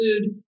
food